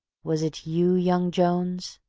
was it you, young jones,